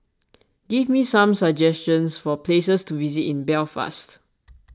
give me some suggestions for places to visit in Belfast